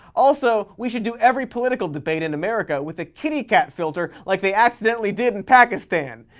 also, we should do every political debate in america with a kitty cat filter like they accidentally did in pakistan.